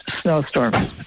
snowstorm